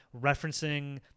referencing